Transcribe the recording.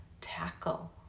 tackle